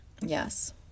Yes